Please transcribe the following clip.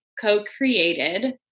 co-created